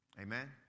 Amen